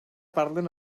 parlen